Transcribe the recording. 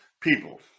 People